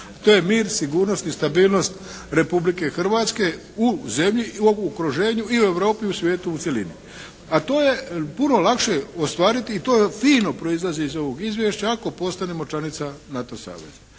To je mir, sigurnost i stabilnost Republike Hrvatske u zemlji i u okruženju i u Europi i u svijetu u cjelini, a to je puno lakše ostvariti i to fino proizlazi iz ovog izvješća ako postanemo članica NATO saveza.